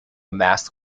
mast